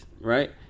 right